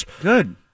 good